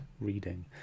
reading